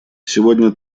сегодня